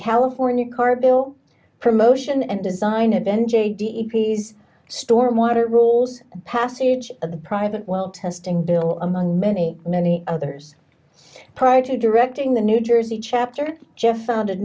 california car bill promotion and design eventually stormwater rolls passage of the private well testing bill among many many others prior to directing the new jersey chapter jeff founded